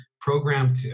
programmed